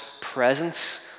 presence